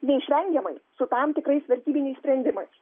neišvengiamai su tam tikrais vertybiniais sprendimais